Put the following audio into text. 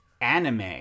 anime